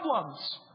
problems